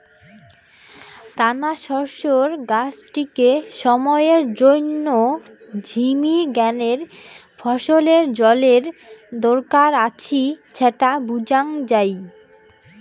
দানাশস্যের গাছটিকে সময়ের জইন্যে ঝিমি গ্যানে ফছলের জলের দরকার আছি স্যাটা বুঝাং যাই